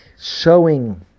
showing